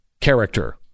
character